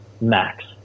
Max